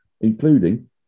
including